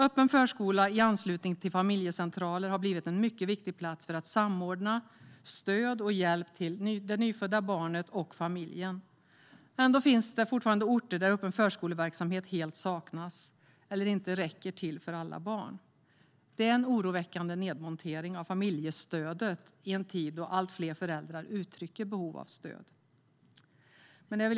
Öppen förskola i anslutning till familjecentraler har blivit en mycket viktig plats för att samordna stöd och hjälp till det nyfödda barnet och familjen. Ändå finns det fortfarande orter där öppen förskoleverksamhet helt saknas eller inte räcker till för alla barn. Det är en oroväckande nedmontering av familjestödet i en tid då allt fler föräldrar uttrycker behov av stöd.